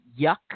yuck